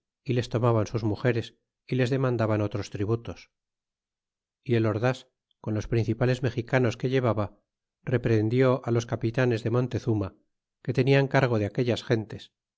y les tomaban sus mugeres y les demandaban otros tributos y el ordas con los principales mexicanos que llevaba reprehendi los capitanes de montezuma que tenian cargo de aquellas gentes